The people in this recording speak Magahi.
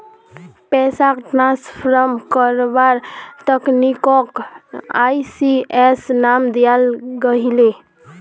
पैसाक ट्रान्सफर कारवार तकनीकोक ई.सी.एस नाम दियाल गहिये